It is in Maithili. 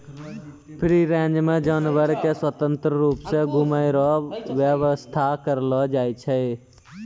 फ्री रेंज मे जानवर के स्वतंत्र रुप से घुमै रो व्याबस्था करलो जाय छै